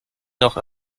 noch